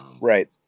Right